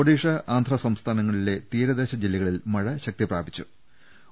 ഒഡീഷ ആന്ധ്ര സംസ്ഥാനങ്ങളിലെ തീരദേശ ജില്ലകളിൽ മഴ ശക്തിപ്രാപിച്ചിട്ടുണ്ട്